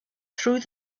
through